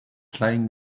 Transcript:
playing